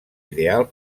ideal